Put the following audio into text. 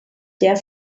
der